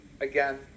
again